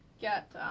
get